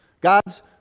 God's